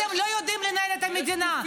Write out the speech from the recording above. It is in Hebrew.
אתם לא יודעים לנהל את המדינה.